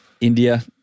India